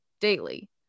daily